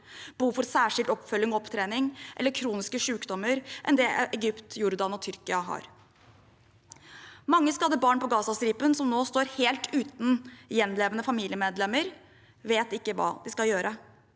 behov for særskilt oppfølging og opptrening, eller med kroniske sykdommer, enn det Egypt, Jordan og Tyrkia har. Mange skadde barn på Gazastripen som nå står helt uten gjenlevende familiemedlemmer, vet ikke hva de skal gjøre.